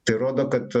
tai rodo kad